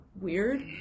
weird